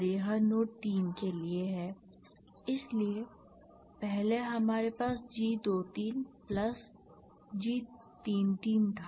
और यह नोड 3 के लिए है इसलिए पहले हमारे पास G23 प्लस G33 था